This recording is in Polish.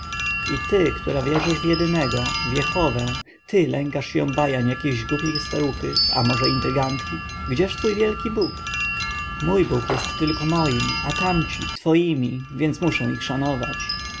ty która wierzysz w jedynego w jehowę ty lękasz się bajań jakiejś głupiej staruchy a może intrygantki gdzież twój wielki bóg mój bóg jest tylko moim a tamci twoimi więc muszę ich szanować